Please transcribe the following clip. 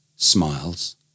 smiles